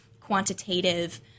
quantitative